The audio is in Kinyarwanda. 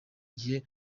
gihe